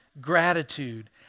gratitude